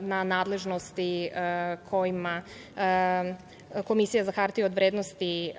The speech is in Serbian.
na nadležnosti kojima Komisija za hartije od vrednosti